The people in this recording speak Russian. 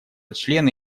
члены